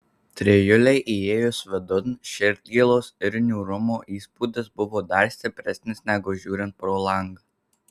trijulei įėjus vidun širdgėlos ir niūrumo įspūdis buvo dar stipresnis negu žiūrint pro langą